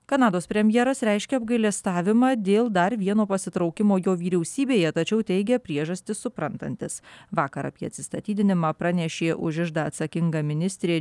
kanados premjeras reiškia apgailestavimą dėl dar vieno pasitraukimo jo vyriausybėje tačiau teigė priežastį suprantantis vakar apie atsistatydinimą pranešė už iždą atsakinga ministrė